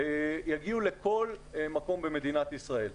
לכל מקום במדינת ישראל.